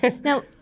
Now